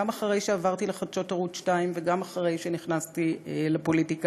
גם אחרי שעברתי לחדשות ערוץ 2 וגם אחרי שנכנסתי לפוליטיקה.